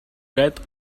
dret